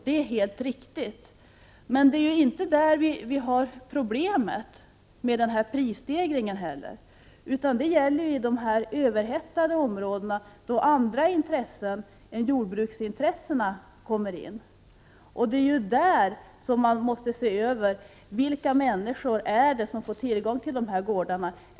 Det är helt riktigt. Men det är inte heller där vi har problemet med prisstegringen, utan det är i de överhettade områdena, där andra intressen än jordbrukets kommer in. Det är i dessa områden man måste se över vilka människor som får tillgång till gårdarna.